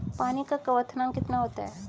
पानी का क्वथनांक कितना होता है?